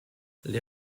les